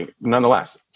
nonetheless